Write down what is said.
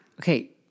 Okay